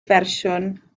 fersiwn